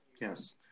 Yes